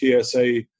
TSA